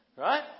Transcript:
Right